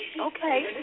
okay